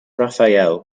raphael